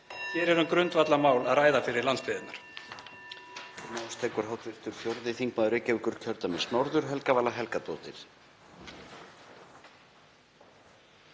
Hér er um grundvallarmál að ræða fyrir landsbyggðirnar.